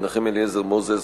מנחם אליעזר מוזס,